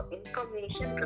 information